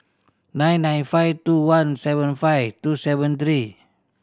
nine nine five two one seven five two seven three